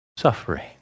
suffering